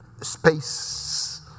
space